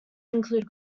include